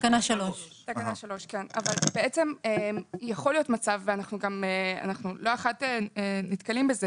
תקנה 3. יכול להיות מצב ולא אחת אנחנו נתקלים בזה